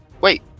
Wait